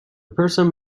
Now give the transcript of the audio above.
person